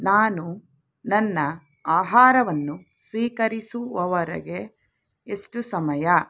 ನಾನು ನನ್ನ ಆಹಾರವನ್ನು ಸ್ವೀಕರಿಸುವವರೆಗೆ ಎಷ್ಟು ಸಮಯ